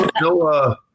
no